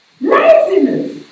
Laziness